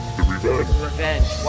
Revenge